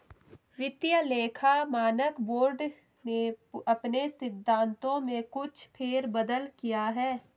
वित्तीय लेखा मानक बोर्ड ने अपने सिद्धांतों में कुछ फेर बदल किया है